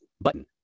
button